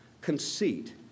Conceit